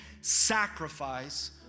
sacrifice